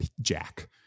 jack